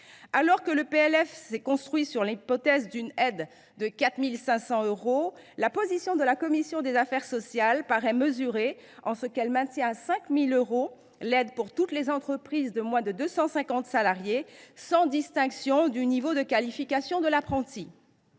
loi de finances est construit sur l’hypothèse d’une aide de 4 500 euros, la position de la commission des affaires sociales paraît mesurée en ce qu’elle maintient l’aide à 5 000 euros pour toutes les entreprises de moins de 250 salariés, sans distinction du niveau de qualification de l’apprenti.